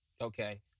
Okay